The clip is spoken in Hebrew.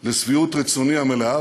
לשביעות רצוני המלאה,